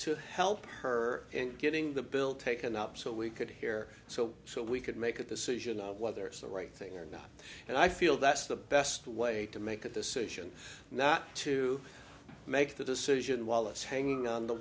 to help her in getting the bill taken up so we could hear so so we could make a decision of whether it's the right thing or not and i feel that's the best way to make a decision not to make the decision wallace hanging on the